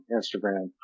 Instagram